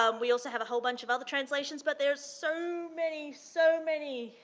um we also have a whole bunch of other translations, but there's so many, so many,